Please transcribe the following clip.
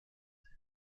hin